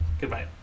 Goodbye